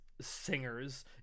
singers